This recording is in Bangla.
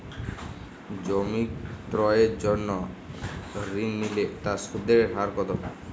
জমি ক্রয়ের জন্য ঋণ নিলে তার সুদের হার কতো?